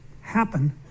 happen